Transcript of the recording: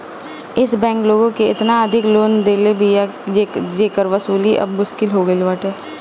एश bank लोग के एतना अधिका लोन दे देले बिया जेकर वसूली अब मुश्किल हो गईल बाटे